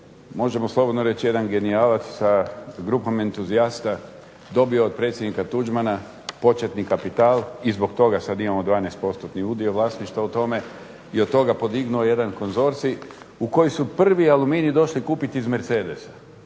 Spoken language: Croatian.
možemo slobodno reći jedan genijalac sa grupom entuzijasta dobio od predsjednika Tuđmana početni kapital i zbog toga sada imamo 12% udio vlasništva u tome i od toga podignuo jedan konzorcij u koji su prvi Aluminij došli kupiti iz Mercedesa.